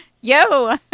Yo